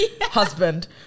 husband